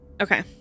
Okay